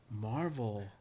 Marvel